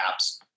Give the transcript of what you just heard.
apps